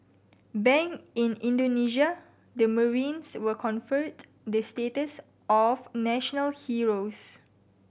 back in Indonesia the marines were conferred the status of national heroes